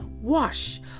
Wash